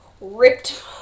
ripped